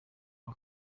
cya